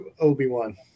Obi-Wan